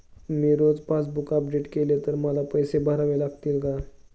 मी जर रोज passbook update केले तर मला पैसे भरावे लागतील का?